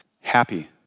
happy